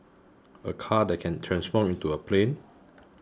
a car that can transform into a plane